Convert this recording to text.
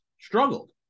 struggled